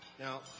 Now